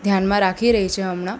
ધ્યાનમાં રાખી રહી છે હમણાં